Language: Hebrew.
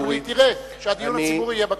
אבל היא תראה שהדיון הציבורי יהיה בכנסת.